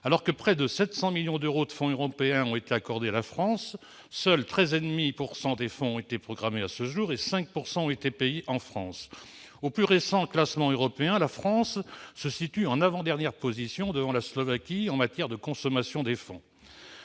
Alors que près de 700 millions d'euros de fonds européens ont été accordés à la France, seuls 13,5 % des fonds ont été programmés à ce jour et 5 % ont été payés en France. Dans le plus récent classement européen, la France se situe en avant-dernière position devant la Slovaquie en matière de consommation des fonds.